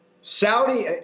Saudi